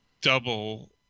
double